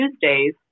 Tuesdays